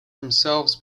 themselves